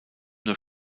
nur